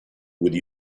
would